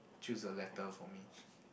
choose a letter for me